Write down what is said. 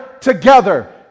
together